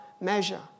measure